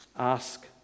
Ask